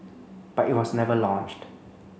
but it was never launched